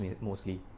mostly